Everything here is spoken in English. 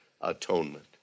atonement